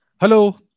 Hello